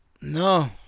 No